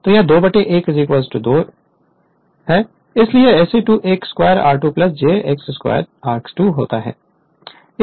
तो यह 2 a 2 है इसलिए SE2 एक square r2 j s a square X 2 है